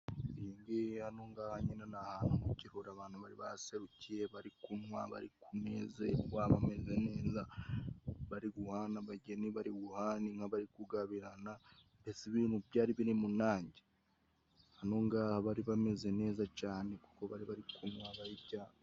Hano ngaha nyine ni ahantu mu gihu abantu bari baserukiye, bari kunywa bari ku meza baba bameze neza. Bari guhana abageni bari bari guhana inka bari kugabirana. Byari biri munange bari bameze neza cane kuko bari bari kunywa barya.